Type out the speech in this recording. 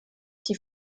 die